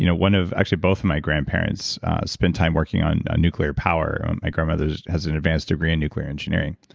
you know one of, actually both of my grandparents spent time working on nuclear power. my grandmother has an advanced degree in nuclear engineering.